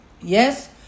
yes